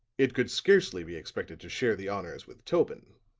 it could scarcely be expected to share the honors with tobin.